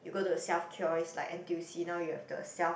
you go to self kiosk like n_t_u_c now you have the self